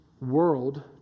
world